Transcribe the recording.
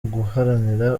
uguharanira